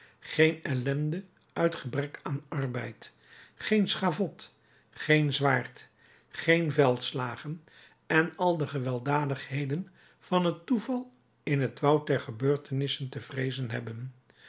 geen ellende uit gebrek aan arbeid geen schavot geen zwaard geen veldslagen en al de geweldadigheden van het toeval in het woud der gebeurtenissen te vreezen hebben